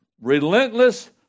relentless